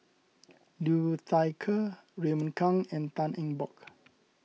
Liu Thai Ker Raymond Kang and Tan Eng Bock